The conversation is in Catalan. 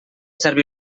servir